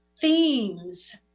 themes